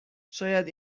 شاید